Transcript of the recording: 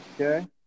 Okay